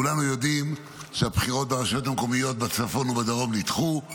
כולנו יודעים שהבחירות לרשויות המקומיות בצפון ובדרום נדחו.